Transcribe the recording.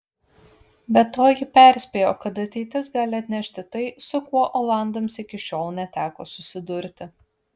be to ji perspėjo kad ateitis gali atnešti tai su kuo olandams iki šiol neteko susidurti